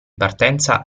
partenza